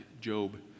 Job